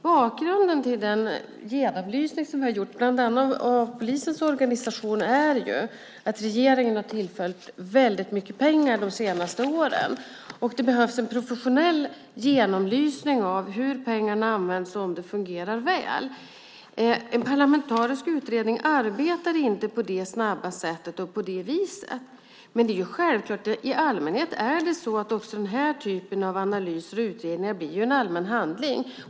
Bakgrunden till den genomlysning som vi har gjort av bland annat polisens organisation är att regeringen har tillfört väldigt mycket pengar de senaste åren, och det behövs en professionell genomlysning av hur pengarna används och om det fungerar väl. En parlamentarisk utredning arbetar inte på det snabba sättet och på det viset. Men i allmänhet blir också den här typen av analyser och utredningar allmänna handlingar.